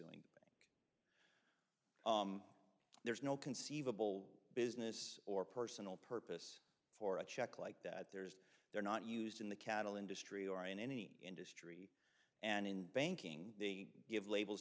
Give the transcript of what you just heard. suing there's no conceivable business or personal purpose for a check like that there's they're not used in the cattle industry or in any industry and in banking they give labels